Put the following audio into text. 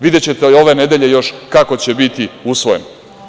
Videćete ove nedelje još kako će biti usvojeno.